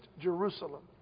Jerusalem